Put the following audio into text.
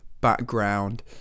background